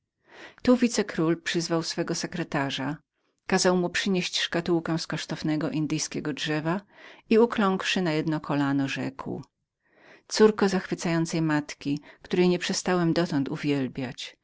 tu wicekról przyzwał swego sekretarza kazał mu przynieść szkatułkę z kosztownego indyjskiego drzewa i ukląkłszy na jedno kolano rzekł córko zachwycająca matki której nie przestałem dotąd uwielbiać